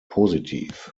positiv